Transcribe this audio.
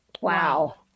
Wow